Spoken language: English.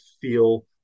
feel